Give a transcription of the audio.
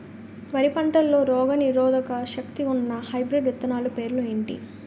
వరి పంటలో రోగనిరోదక శక్తి ఉన్న హైబ్రిడ్ విత్తనాలు పేర్లు ఏంటి?